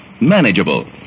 manageable